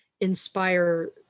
inspire